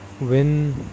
win